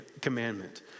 commandment